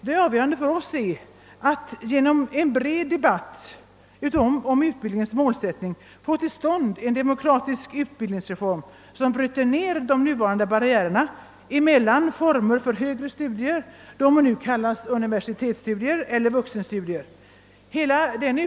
Det avgörande är att få till stånd en demokratisk utbildningsreform som bryter ned de nuvarande barriärerna mellan. olika former för högre studier, de må nu kallas universitetsstudier eller vuxenstudier. En bred debatt om utbildningens målsättning är en väg att nå detta mål.